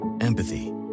Empathy